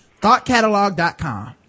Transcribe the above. thoughtcatalog.com